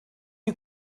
you